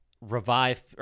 revive